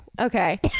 okay